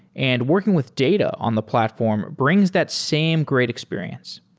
and working with data on the platform brings that same great experience.